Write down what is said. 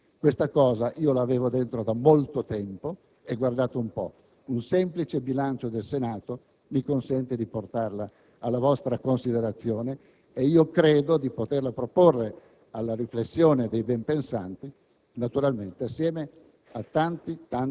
della verità e delle convinzioni più intime. Avevo dentro questi ragionamenti da molto tempo e - guardate un po' - un semplice bilancio del Senato mi consente di portarli alla vostra considerazione e io credo di poterli proporre alla riflessione dei benpensanti,